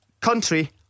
country